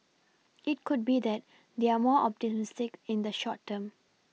it could be that they're more optimistic in the short term